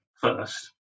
first